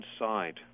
inside